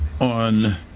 on